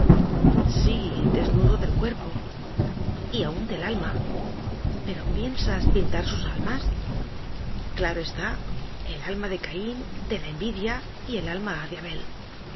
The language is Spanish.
sí desnudo del cuerpo y aun del alma pero piensas pintar sus almas claro está el alma de caín de la envi dia y el alma de abel